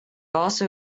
also